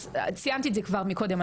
אז ציינתי את זה כבר מקודם,